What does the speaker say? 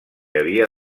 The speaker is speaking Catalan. havia